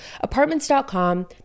Apartments.com